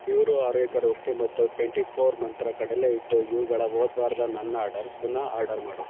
ಪ್ಯೂರೋ ಆರೋಗ್ಯಕರ ಉಪ್ಪು ಮತ್ತು ಟ್ವೆಂಟಿ ಫೋರ್ ಮಂತ್ರ ಕಡಲೆಹಿಟ್ಟು ಇವುಗಳ ಹೋದ್ವಾರದ ನನ್ನ ಆರ್ಡರ್ ಪುನಃ ಆರ್ಡರ್ ಮಾಡು